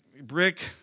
brick